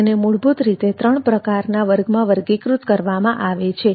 તેને મૂળભૂત રીતે ત્રણ પ્રકારના વર્ગમાં વર્ગીકૃત કરવામાં આવે છે